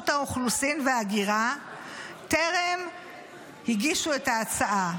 האוכלוסין וההגירה טרם הגישו את ההצעה.